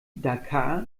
dakar